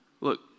Look